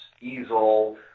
easel